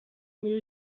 میره